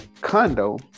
condo